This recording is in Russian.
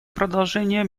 продолжения